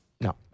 No